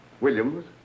Williams